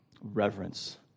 reverence